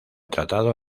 tratado